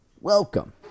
welcome